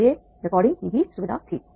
इसलिए रिकॉर्डिंग की भी सुविधा थी